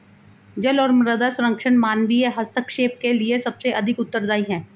जल और मृदा संरक्षण मानवीय हस्तक्षेप के लिए सबसे अधिक उत्तरदायी हैं